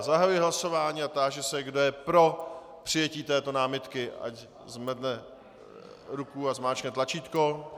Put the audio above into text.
Zahajuji hlasování a táži se, kdo je pro přijetí této námitky, ať zvedne ruku a zmáčkne tlačítko.